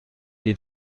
den